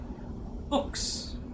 books